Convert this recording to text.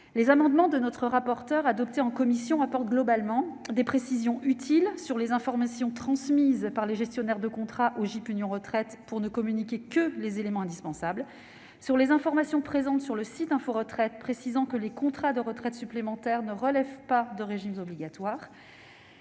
Les amendements de notre rapporteur adoptés en commission apportent globalement des précisions utiles sur les informations transmises par les gestionnaires de contrats au GIP Union Retraite, afin que ne soient communiqués que les éléments indispensables, sur les informations présentées sur le site Info Retraite, afin de préciser que les contrats de retraite supplémentaire ne relèvent pas des régimes obligatoires,